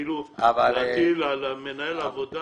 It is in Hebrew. שתתחילו להטיל על מנהל העבודה